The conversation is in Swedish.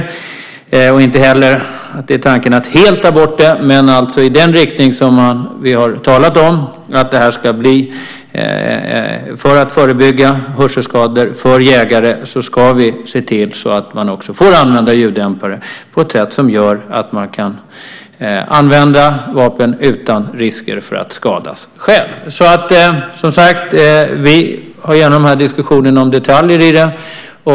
Tanken är inte heller att helt ta bort det men att gå i den riktning som vi har talat om. För att förebygga hörselskador hos jägare ska vi se till så att man får använda ljuddämpare och kan använda vapen utan risker för att skadas själv. Vi tar gärna diskussioner om detaljerna i detta.